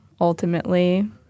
ultimately